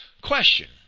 Question